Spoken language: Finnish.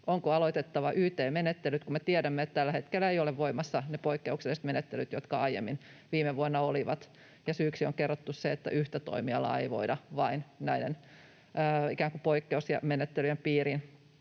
onko aloitettava yt-menettelyt. Me tiedämme, että tällä hetkellä eivät ole voimassa ne poikkeukselliset menettelyt, jotka aiemmin, viime vuonna olivat, ja syyksi on kerrottu se, että vain yhtä toimialaa ei voida näiden ikään kuin poikkeusmenettelyjen piiriin